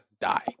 die